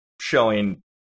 showing